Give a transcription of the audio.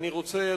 אני רוצה,